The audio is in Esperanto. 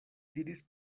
diris